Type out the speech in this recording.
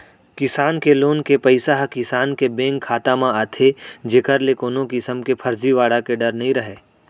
किसान के लोन के पइसा ह किसान के बेंक खाता म आथे जेकर ले कोनो किसम के फरजीवाड़ा के डर नइ रहय